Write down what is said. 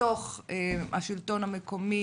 מתוך השלטון המקומי,